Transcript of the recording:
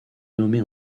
nommé